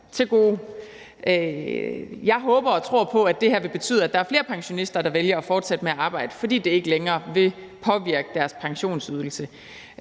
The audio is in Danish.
til gode. Jeg håber og tror på, at det her vil betyde, at der er flere pensionister, der vælger at fortsætte med at arbejde, fordi det ikke længere vil påvirke deres pensionsydelse.